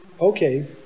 Okay